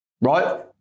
Right